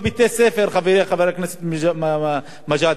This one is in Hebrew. להסביר לתלמידים בכיתות י',